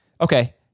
Okay